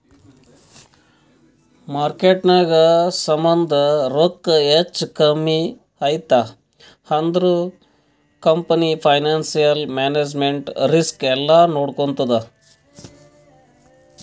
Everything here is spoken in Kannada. ಮಾರ್ಕೆಟ್ನಾಗ್ ಸಮಾಂದು ರೊಕ್ಕಾ ಹೆಚ್ಚಾ ಕಮ್ಮಿ ಐಯ್ತ ಅಂದುರ್ ಕಂಪನಿ ಫೈನಾನ್ಸಿಯಲ್ ಮ್ಯಾನೇಜ್ಮೆಂಟ್ ರಿಸ್ಕ್ ಎಲ್ಲಾ ನೋಡ್ಕೋತ್ತುದ್